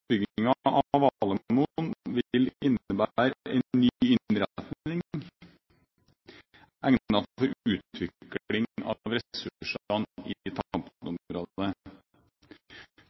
en ny innretning egnet for utvikling av